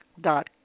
dot